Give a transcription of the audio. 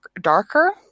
darker